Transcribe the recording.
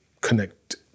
connect